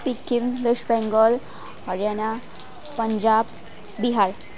Sikkim West Bengal Haryana Punjab Bihar